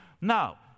Now